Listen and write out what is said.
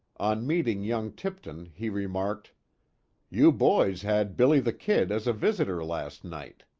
on meeting young tipton, he remarked you boys had billy the kid as a visitor last night.